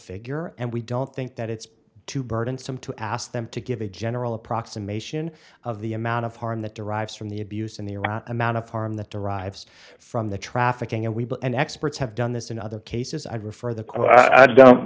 figure and we don't think that it's too burdensome to ask them to give a general approximation of the amount of harm that derives from the abuse and the amount of harm that derives from the trafficking and we will and experts have done this in other cases i'd prefer that i don't